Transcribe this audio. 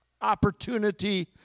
Opportunity